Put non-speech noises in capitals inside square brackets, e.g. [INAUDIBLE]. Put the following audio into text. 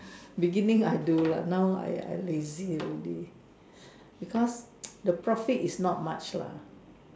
beginning I do lah now I I lazy already because [NOISE] the profit is not much lah